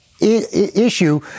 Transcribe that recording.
Issue